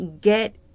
get